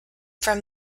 from